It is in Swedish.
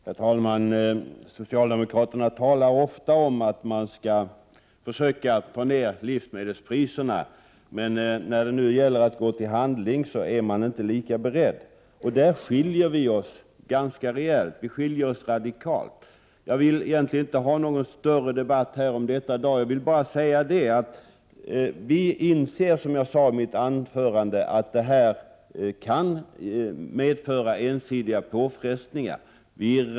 Herr talman! Socialdemokraterna talar ofta om att man skall försöka få ner livsmedelspriserna. När det nu gäller att gå till handling, är man inte lika beredd. I det fallet skiljer sig våra partiers agerande radikalt. Jag vill egentligen inte ha någon större debatt om dessa frågor i dag. Som jag sade i mitt anförande inser vi att detta kan medföra ensidiga påfrestningar.